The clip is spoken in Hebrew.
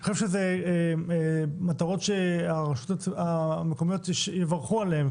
אני חושב שאלה מטרות שהרשויות המקומיות יברכו עליהן,